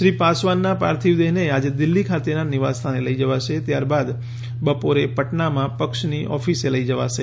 શ્રી પાસવાનનાં પાર્થિવદેહને આજે દિલ્ફી ખાતેનાં નિવાસસ્થાને લઈ જવાશે ત્યારબાદ બપોરે પટનામાં પક્ષની ઓફીસ લઈ જવાશે